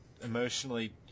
emotionally